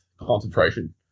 concentration